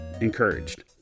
encouraged